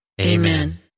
Amen